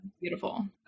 beautiful